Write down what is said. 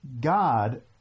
God